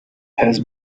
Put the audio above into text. has